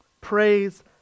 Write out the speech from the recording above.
Praise